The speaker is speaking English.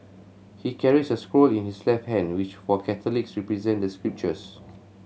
he carries a scroll in his left hand which for Catholics represent the scriptures